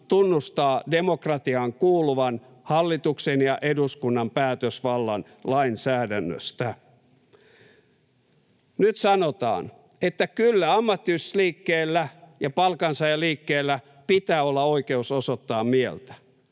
tunnustaa demokratiaan kuuluvan hallituksen ja eduskunnan päätösvallan lainsäädännöstä. Nyt sanotaan, että kyllä ammattiyhdistysliikkeellä ja palkansaajaliikkeellä pitää olla oikeus osoittaa mieltä.